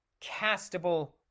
castable